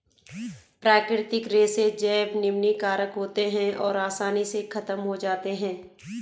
प्राकृतिक रेशे जैव निम्नीकारक होते हैं और आसानी से ख़त्म हो जाते हैं